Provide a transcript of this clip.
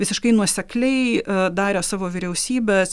visiškai nuosekliai darė savo vyriausybes